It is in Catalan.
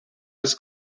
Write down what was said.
les